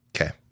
Okay